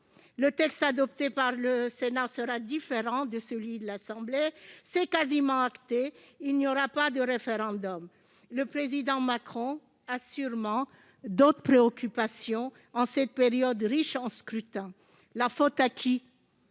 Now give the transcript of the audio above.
Le texte adopté par le Sénat sera différent de celui de l'Assemblée nationale. C'est quasiment acté : il n'y aura pas de référendum. Le Président Macron a sûrement d'autres préoccupations en cette période riche en scrutins ... La faute à qui ?